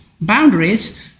boundaries